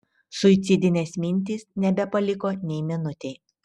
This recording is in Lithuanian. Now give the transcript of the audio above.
suicidinės mintys nebepaliko nei minutei